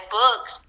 books